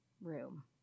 room